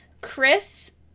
Chris